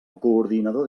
coordinador